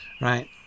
Right